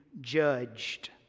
judged